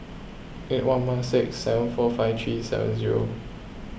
eight one one six seven four five three seven zero